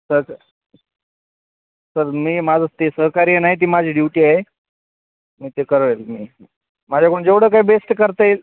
चालतंय मी माझं ते सहकार्य नाही ती माझी ड्युटी आहे मी ते करेल मी माझ्याकडून जेवढं काही बेस्ट करता येईल